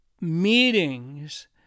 meetings